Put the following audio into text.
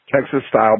Texas-style